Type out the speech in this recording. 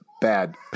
bad